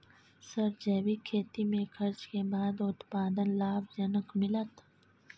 Sir जैविक खेती में खर्च के बाद उत्पादन लाभ जनक मिलत?